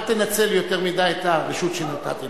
אל תנצל יותר מדי את הרשות שנתתי לך.